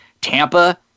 Tampa